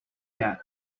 yet